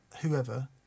whoever